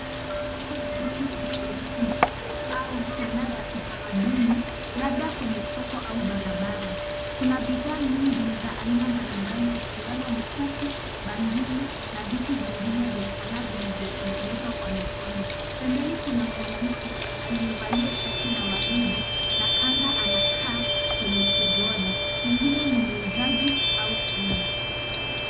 Vitu vya urembo au sanaa za kitamaduni labda kwenye soko au barabara. Kuna bidhaa nyingi za aina mbalimbali ikiwemo mkufu, bangili na vitu vingine vya sanaa vilivyotengenezwa kwa mikono. Pembeni kuna mwanamke aliyevalia shati la waridi na kanga anakaa kwenye kigoda, pengine ni muuzaji au fundi.